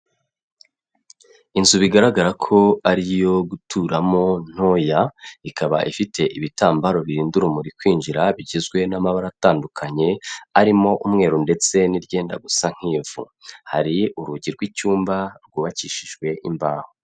Inzu bigaragara ko ari iyo guturamo ntoya, ikaba ifite ibitambaro birinda urumuri kwinjira bigizwe n'amabara atandukanye arimo umweru ndetse n'iryenda gusa nk'ivu. Hari urugi rw'icyumba rwubakishijwe imbaho.